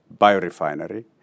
biorefinery